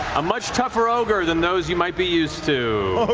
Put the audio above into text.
a much tougher ogre than those you might be used to.